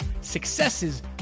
successes